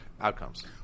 outcomes